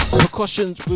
precautions